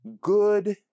good